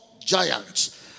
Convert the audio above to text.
giants